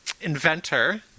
inventor